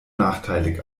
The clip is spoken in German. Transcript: nachteilig